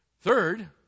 Third